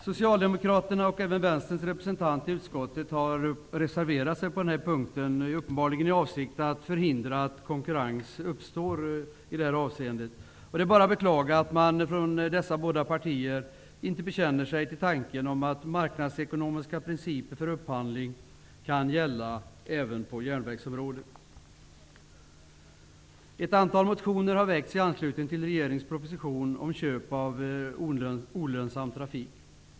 Socialdemokraterna och Vänsterns representant i utskottet har reserverat sig på denna punkt, uppenbarligen i avsikt att förhindra att konkurrens uppstår i detta avseende. Det är bara att beklaga att dessa båda partier inte bekänner sig till tanken om att marknadsekonomiska principer för upphandling kan gälla även på järnvägsområdet. Ett antal motioner har väckts i anslutning till regeringens proposition om köp av olönsam trafik.